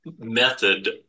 method